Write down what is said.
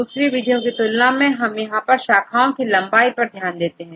दूसरी विधियों की तुलना पर हम यहां पर शाखाओं की लंबाई पर ध्यान देते हैं